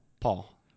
Paul